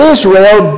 Israel